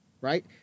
right